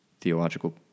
theological